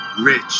rich